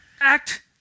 Act